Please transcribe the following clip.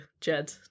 Jed